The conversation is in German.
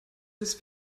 dies